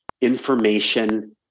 information